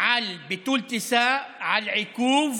על ביטול טיסה, על עיכוב.